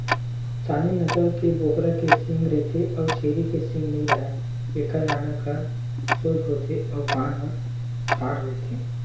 Saanen नसल के बोकरा के सींग रहिथे अउ छेरी के सींग नइ राहय, एखर नाक ह सोज होथे अउ कान ह ठाड़ रहिथे